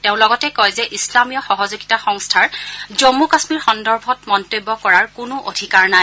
তেওঁ লগতে কয় যে ইছলামীয় সহযোগিতা সংস্থাৰ জম্মু কাশ্মীৰ সন্দৰ্ভত মন্তব্য কৰাৰ কোনো অধিকাৰ নাই